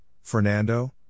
Fernando